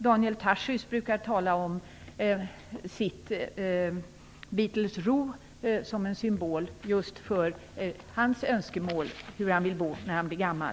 Daniel Tarschys brukar tala om sitt Beatlesro som en symbol för hans önskemål om hur han vill bo när han blir gammal.